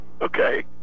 Okay